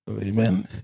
Amen